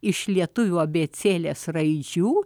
iš lietuvių abėcėlės raidžių